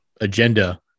agenda